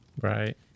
Right